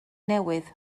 newydd